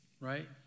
right